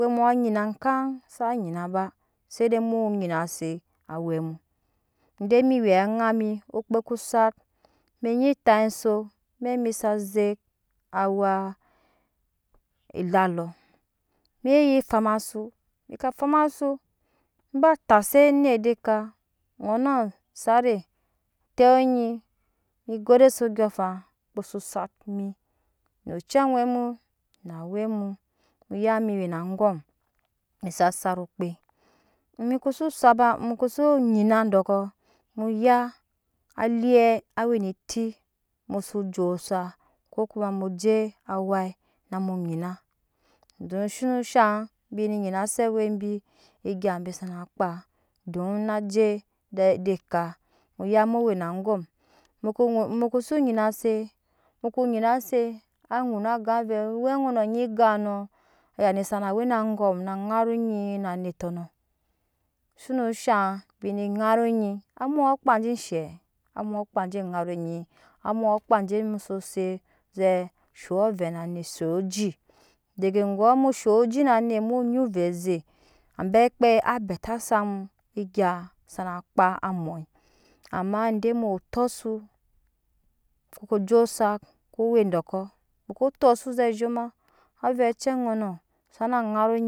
Awɛ mu anyina ekam sa nyina ba za se mu nyina se awɛ mu ede mi we aŋa mi oke ko sat minyi tap esok amɛk mi sa zek awaa elalo nyi fam asu mika fam bi kpaa se anet de ka ŋɔɲ sare tap ni bi gode se ondyɔɔŋafan kpe su sat mi no ocɛ wɛ mu na awɛ muya mi we na angom mi sa sat okpe mu kosi satda muko si nyina dɔɔkɔ muya alie ae ne eti mu su jo osak ko kuma muje awai na mu nyina don su no shaŋ bi ne nyina ze awɛ bi egya be zana kpaa don na jedede eka mu ya mu we na angom mu ko nyi muko si nyima se muko nyina se aŋuna gan awe owɛ ŋɔnɔ nyi gan nɔ ayani sa na we angom na ŋaru onyiɛ na anetɔ nɔ shono zhaŋ bi ne ŋaru nyi amoɔ kpa je shɛ amoɔ kpaa je ŋaru nyi amɔ kpaa je mu soo se ze zhop avɛ na anet shap oji dege gɔɔ mu shop oji na anet munyi ovɛ ze abɛ kpei abɛ ta zamu egya sana kpaa amoi amma de mu wo tɔ asu musoko jo osak ko we dɔɔkɔ mo ko tɔ su ze zhoma avɛ cɛ ŋɔnɔ sana ŋaru nyi